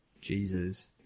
Jesus